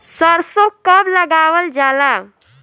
सरसो कब लगावल जाला?